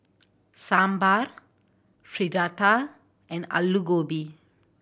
Sambar Fritada and Alu Gobi